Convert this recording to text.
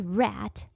rat